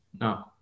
No